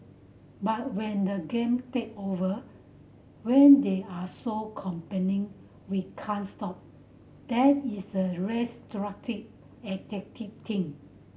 but when the game take over when they are so compelling we can't stop that is a restrictive addictive thing